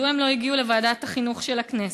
מדוע הן לא הגיעו לוועדת החינוך של הכנסת?